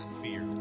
fear